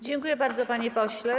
Dziękuję bardzo, panie pośle.